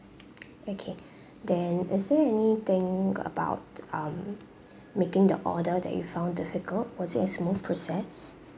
okay then is there any thing about um making the order that you found difficult was it a smooth process